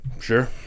Sure